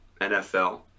NFL